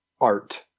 art